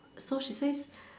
so she says